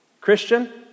Christian